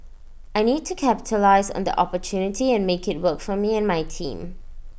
I need to capitalise on the opportunity and make IT work for me and my team